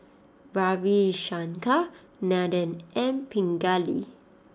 Ravi Shankar Nathan and Pingali